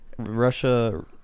Russia